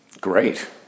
Great